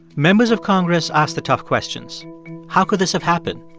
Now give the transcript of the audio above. members of congress asked the tough questions how could this have happened?